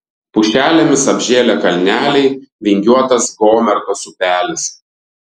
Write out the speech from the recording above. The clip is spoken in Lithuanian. pušelėmis apžėlę kalneliai vingiuotas gomertos upelis